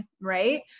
Right